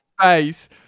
Space